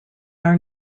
are